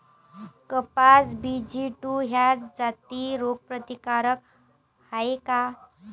कपास BG two ह्या जाती रोग प्रतिकारक हाये का?